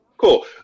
Cool